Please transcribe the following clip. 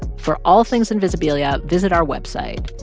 for all things invisibilia, visit our website,